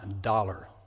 dollar